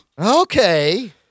Okay